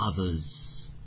others